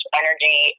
energy